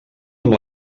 amb